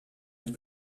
het